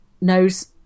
knows